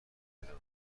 امتحان